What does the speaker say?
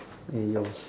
eh yo